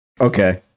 Okay